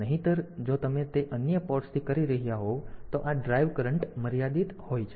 નહિંતર જો તમે તે અન્ય પોર્ટ્સ થી કરી રહ્યાં હોવ તો આ ડ્રાઇવ કરંટ મર્યાદિત હોય છે